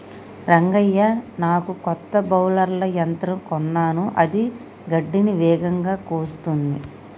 రంగయ్య నాకు కొత్త బౌలర్ల యంత్రం కొన్నాను అది గడ్డిని వేగంగా కోస్తుంది